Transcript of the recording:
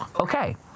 Okay